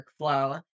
workflow